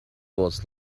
was